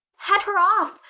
head her off,